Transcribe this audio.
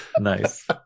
Nice